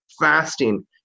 fasting